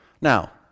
now